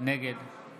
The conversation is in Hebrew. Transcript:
נגד